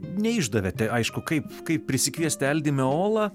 neišdavėte aišku kaip kaip prisikviesti el dimeola